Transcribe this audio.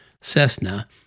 Cessna